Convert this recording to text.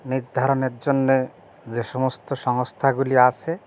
নির্ধারণের জন্যে যে সমস্ত সংস্থাগুলি আছে